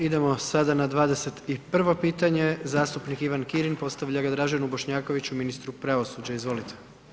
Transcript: Idemo sada na 21. pitanje, zastupnik Ivan Kirin postavlja ga Draženu Bošnjakoviću, ministru pravosuđa, izvolite.